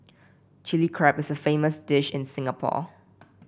Chilli Crab is a famous dish in Singapore